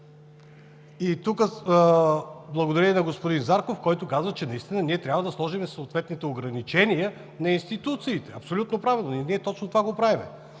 Тук благодаря и на господин Зарков, който каза, че трябва да сложим съответните ограничения на институциите. Абсолютно правилно, и ние точно това правим.